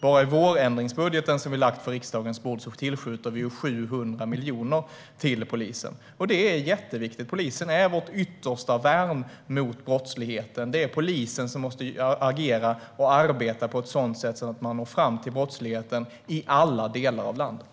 Bara i den vårändringsbudget vi har lagt på riksdagens bord tillskjuter vi 700 miljoner till polisen. Detta är jätteviktigt. Polisen är vårt yttersta värn mot brottsligheten, och det är polisen som måste agera och arbeta på ett sådant sätt att man når fram till brottsligheten - i alla delar av landet.